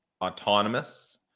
autonomous